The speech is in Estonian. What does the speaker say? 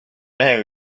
mehega